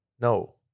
No